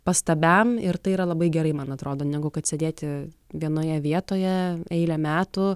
pastabiam ir tai yra labai gerai man atrodo negu kad sėdėti vienoje vietoje eilę metų